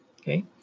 Okay